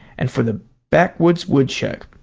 and for the backwoods woodchuck.